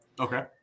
Okay